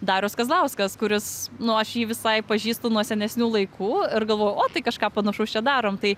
darius kazlauskas kuris nu aš jį visai pažįstu nuo senesnių laikų ir galvoju o tai kažką panašaus čia darom tai